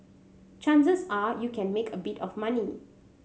chances are you can make a bit of money